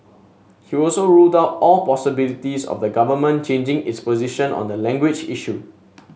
he also ruled out all possibilities of the government changing its position on the language issue